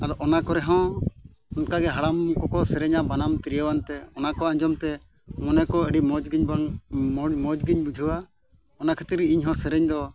ᱟᱫᱚ ᱚᱱᱟ ᱠᱚᱨᱮ ᱦᱚᱸ ᱚᱱᱠᱟᱜᱮ ᱦᱟᱲᱟᱢ ᱠᱚᱠᱚ ᱥᱮᱨᱮᱧᱟ ᱵᱟᱱᱟᱢ ᱛᱤᱨᱭᱳ ᱟᱱᱛᱮ ᱚᱱᱟ ᱠᱚ ᱟᱸᱡᱚᱢᱛᱮ ᱢᱚᱱᱮ ᱠᱚ ᱟᱹᱰᱤ ᱢᱚᱡᱽ ᱜᱮᱧ ᱵᱚᱱ ᱢᱚᱡᱽ ᱜᱮᱧ ᱵᱩᱡᱷᱟᱹᱣᱟ ᱚᱱᱟ ᱠᱷᱟᱹᱛᱤᱨ ᱤᱧᱦᱚᱸ ᱥᱮᱨᱮᱧ ᱫᱚ